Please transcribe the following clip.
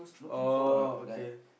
oh okay